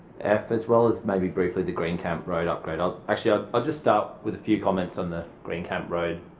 f as well as maybe briefly the green camp road upgrade. actually ah i'll just start with a few comments on the green camp road